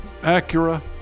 Acura